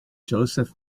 josef